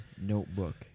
notebook